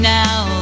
now